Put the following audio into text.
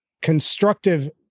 constructive